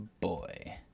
boy